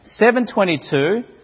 722